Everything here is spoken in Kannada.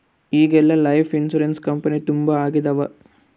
ಈಗೆಲ್ಲಾ ಲೈಫ್ ಇನ್ಸೂರೆನ್ಸ್ ಕಂಪನಿ ತುಂಬಾ ಆಗಿದವ